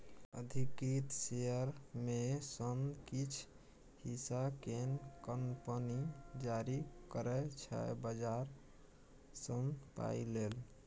अधिकृत शेयर मे सँ किछ हिस्सा केँ कंपनी जारी करै छै बजार सँ पाइ लेल